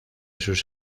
sus